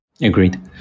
Agreed